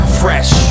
fresh